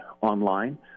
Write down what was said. online